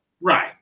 Right